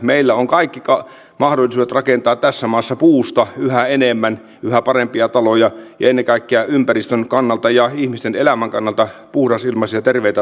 meillä on kaikki mahdollisuudet rakentaa tässä maassa puusta yhä enemmän yhä parempia taloja ja ennen kaikkea ympäristön kannalta ja ihmisten elämän kannalta puhdasilmaisia terveitä taloja